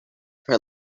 her